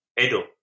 Edo